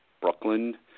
Brooklyn